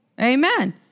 Amen